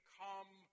come